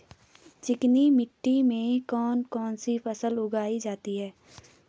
चिकनी मिट्टी में कौन कौन सी फसल उगाई जाती है?